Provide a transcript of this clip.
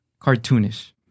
cartoonish